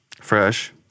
Fresh